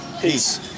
peace